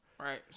Right